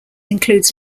includes